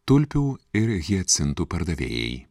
tulpių ir hiacintų pardavėjai